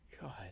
God